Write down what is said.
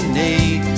need